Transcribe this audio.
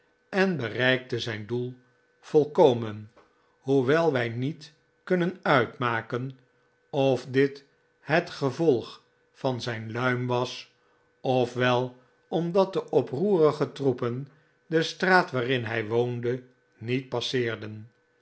en bereikte zijn doel volkomen hoewel wij niet kunnen uitmaken of dit het gevolg van zijn luim was of wel omdat de oproerige troepen de straat waarin hij woonde niet passeerden